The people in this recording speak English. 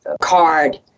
card